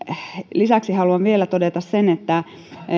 lisäksi haluan vielä todeta sen että